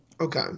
Okay